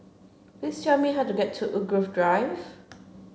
please tell me how to get to Woodgrove Drive